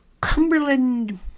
Cumberland